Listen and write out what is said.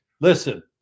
Listen